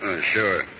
sure